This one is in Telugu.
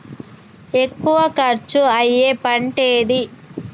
ఎక్కువ ఖర్చు అయ్యే పంటేది?